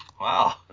Wow